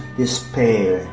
despair